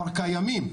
שכבר קיימים.